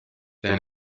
they